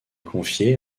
confiée